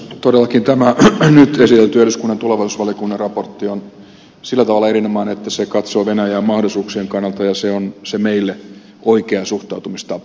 todellakin tämä nyt esitelty eduskunnan tulevaisuusvaliokunnan raportti on sillä tavalla erinomainen että se katsoo venäjää mahdollisuuksien kannalta ja se on se meille oikea suhtautumistapa